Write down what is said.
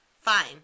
Fine